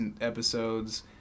episodes